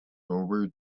over